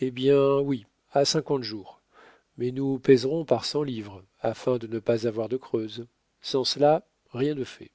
eh bien oui à cinquante jours mais nous pèserons par cent livres afin de ne pas avoir de creuses sans cela rien de fait